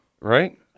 Right